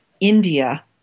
India